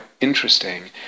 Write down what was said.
interesting